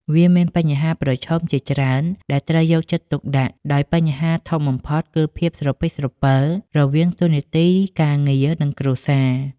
វាមានបញ្ហាប្រឈមជាច្រើនដែលត្រូវយកចិត្តទុកដាក់ ដោយបញ្ហាធំបំផុតគឺភាពស្រពិចស្រពិលរវាងតួនាទីការងារ និងគ្រួសារ។